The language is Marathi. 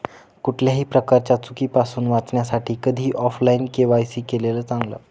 कुठल्याही प्रकारच्या चुकीपासुन वाचण्यासाठी कधीही ऑफलाइन के.वाय.सी केलेलं चांगल